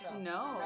No